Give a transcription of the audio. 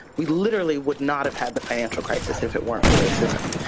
we literally would not have had the financial crisis if it weren't for racism.